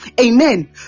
Amen